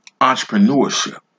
entrepreneurship